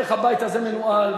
איך הבית הזה מנוהל,